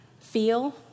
Feel